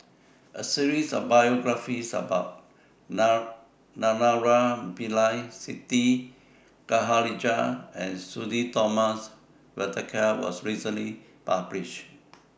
A series of biographies about Naraina Pillai Siti Khalijah and Sudhir Thomas Vadaketh was recently published